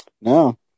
No